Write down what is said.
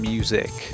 Music